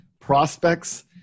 prospects